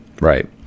Right